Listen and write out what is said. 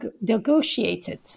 negotiated